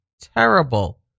terrible